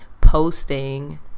posting